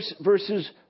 verses